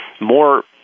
more